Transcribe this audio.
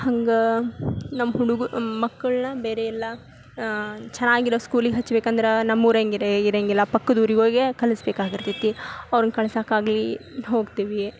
ಹಂಗೆ ನಮ್ಮ ಹುಡುಗು ಮಕ್ಕಳನ್ನ ಬೇರೆ ಎಲ್ಲ ಚೆನ್ನಾಗಿರೋ ಸ್ಕೂಲಿಗೆ ಹಚ್ಬೇಕಂದ್ರೆ ನಮ್ಮೂರಂಗಿರೆ ಇರಂಗಿಲ್ಲ ಪಕ್ಕದ ಊರಿಗೋಗೆ ಕಲಿಸ್ಬೇಕಾಗಿರ್ತೈತಿ ಅವ್ರನ್ನ ಕಳಿಸಕ್ಕಾಗಲಿ ಹೋಗ್ತೇವಿ